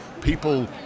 people